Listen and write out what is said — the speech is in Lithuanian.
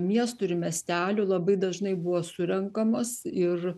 miestų ir miestelių labai dažnai buvo surenkamos ir